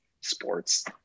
sports